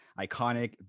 iconic